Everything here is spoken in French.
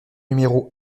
numéro